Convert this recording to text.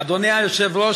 אדוני היושב-ראש,